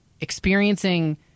experiencing